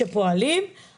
אנחנו עוברים לסעיף הבא.